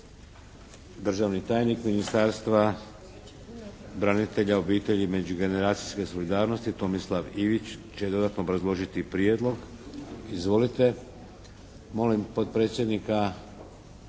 Državni tajnik Ministarstva branitelja, obitelji i međugeneracijske solidarnosti Tomislav Ivić će dodatno obrazložiti prijedlog. Izvolite.